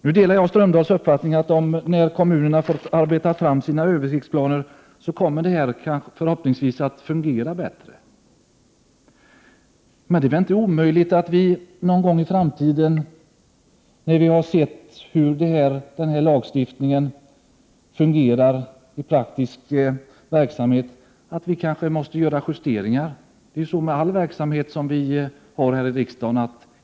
Nu delar jag Jan Strömdahls uppfattning att detta kommer att fungera bättre när kommunerna får arbeta fram sina översiktsplaner. Men det är väl inte omöjligt att vi någon gång i framtiden, när vi har sett hur den här lagstiftningen fungerar i praktisk verksamhet, måste göra justeringar. Det är ju så med all verksamhet här i riksdagen.